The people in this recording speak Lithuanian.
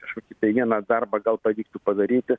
kažkokį tai vieną darbą gal pavyktų padaryti